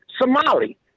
Somali